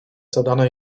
zadane